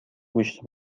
گوشت